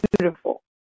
beautiful